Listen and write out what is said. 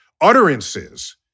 utterances